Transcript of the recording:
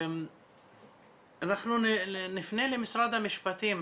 אנחנו נפנה למשרד המשפטים.